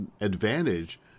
advantage